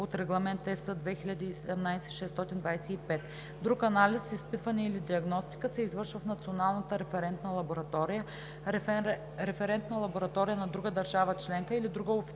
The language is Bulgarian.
от Регламент (ЕС) 2017/625. Друг анализ, изпитване или диагностика се извършва в националната референтна лаборатория, референтна лаборатория на друга държава членка или друга официална